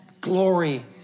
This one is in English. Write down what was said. Glory